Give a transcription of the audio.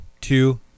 two